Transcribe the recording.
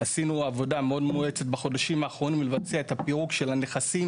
עשינו עבודה מאוד מואצת בחודשים האחרונים לבצע את הפירוק של הנכסים